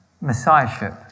Messiahship